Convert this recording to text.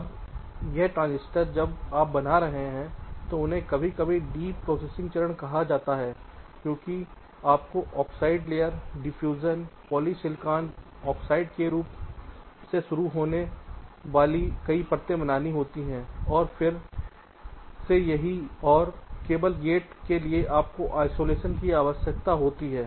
अब यह ट्रांजिस्टर जब आप बना रहे हैं तो इन्हें कभी कभी डीप प्रोसेसिंग चरण कहा जाता है क्योंकि आपको oxide layer diffusion polysilicon oxide से शुरू होने वाली कई परतें बनानी होती हैं और फिर से यही और केवल गेट के लिए आपको आइसोलेशन की आवश्यकता होती है